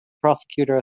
prosecutor